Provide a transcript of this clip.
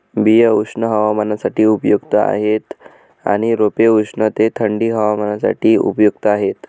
बिया उष्ण हवामानासाठी उपयुक्त आहेत आणि रोपे उष्ण ते थंडी हवामानासाठी उपयुक्त आहेत